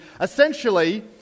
essentially